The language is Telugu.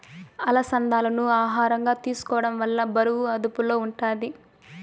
అలసందాలను ఆహారంగా తీసుకోవడం వల్ల బరువు అదుపులో ఉంటాది